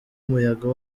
umuyaga